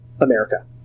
America